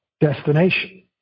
destination